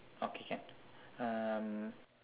okay can um